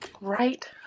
Right